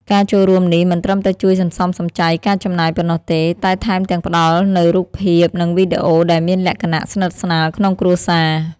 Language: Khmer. ការចូលរួមនេះមិនត្រឹមតែជួយសន្សំសំចៃការចំណាយប៉ុណ្ណោះទេ តែថែមទាំងផ្តល់នូវរូបភាព និងវីដេអូដែលមានលក្ខណៈស្និទ្ធស្នាលក្នុងគ្រួសារ។